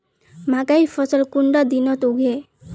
मकई फसल कुंडा दिनोत उगैहे?